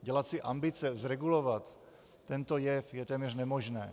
Dělat si ambice zregulovat tento jev je téměř nemožné.